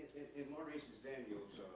in maurice daniels'